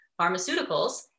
pharmaceuticals